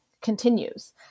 continues